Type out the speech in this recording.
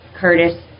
Curtis